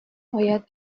باید